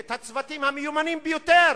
את הצוותים המיומנים ביותר.